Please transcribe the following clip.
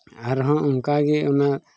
ᱟᱨᱦᱚᱸ ᱚᱱᱠᱟ ᱜᱮ ᱚᱱᱟ